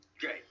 Great